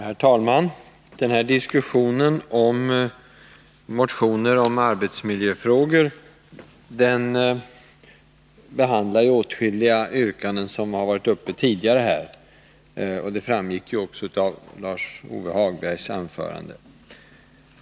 Herr talman! Åtskilliga av de yrkanden som har framförts i motioner om arbetsmiljöfrågor har debatterats här tidigare, vilket också framgick av Lars-Ove Hagbergs anförande.